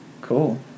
Cool